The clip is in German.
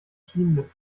schienennetz